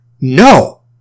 No